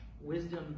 wisdom